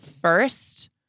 first